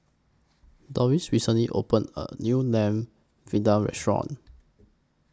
Dorris recently opened A New Lamb Vindaloo Restaurant